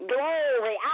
Glory